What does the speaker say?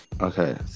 Okay